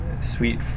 sweet